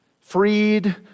freed